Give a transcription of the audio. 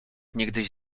niegdyś